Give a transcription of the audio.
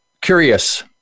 curious